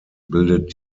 bildet